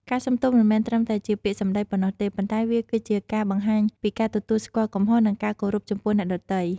ការសុំទោសមិនមែនត្រឹមតែជាពាក្យសម្ដីប៉ុណ្ណោះទេ ប៉ុន្តែវាគឺជាការបង្ហាញពីការទទួលស្គាល់កំហុស និងការគោរពចំពោះអ្នកដទៃ។